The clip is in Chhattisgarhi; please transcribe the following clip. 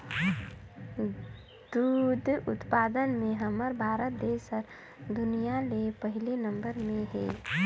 दूद उत्पादन में हमर भारत देस हर दुनिया ले पहिले नंबर में हे